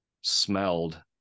smelled